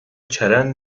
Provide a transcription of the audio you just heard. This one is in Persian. چرند